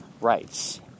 rights